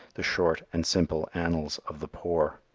the short and simple annals of the poor.